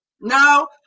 No